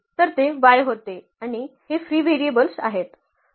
तर ते y होते आणि हे फ्री व्हेरिएबल्स आहेत